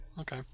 Okay